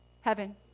Heaven